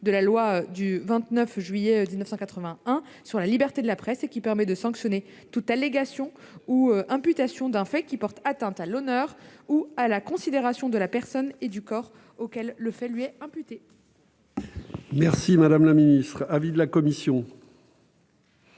de la loi du 29 juillet 1881 sur la liberté de la presse, qui permet de sanctionner « toute allégation ou imputation d'un fait qui porte atteinte à l'honneur ou à la considération de la personne ou du corps auquel le fait est imputé ». Quel est l'avis de la commission